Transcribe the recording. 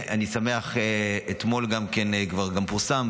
אתמול גם פורסם,